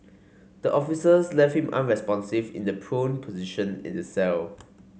the officers left him unresponsive in the prone position in the cell